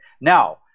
Now